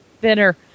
thinner